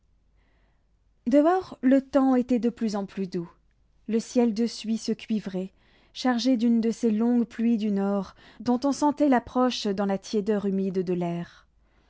dehors le temps était de plus en plus doux le ciel de suie se cuivrait chargé d'une de ces longues pluies du nord dont on sentait l'approche dans la tiédeur humide de l'air